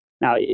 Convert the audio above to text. Now